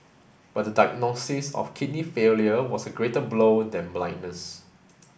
but the diagnosis of kidney failure was a greater blow than blindness